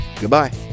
Goodbye